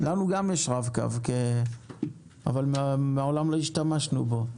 לנו גם יש רב-קו, אבל מעולם לא השתמשנו בו.